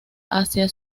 hacia